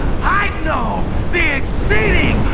i know the exceeding,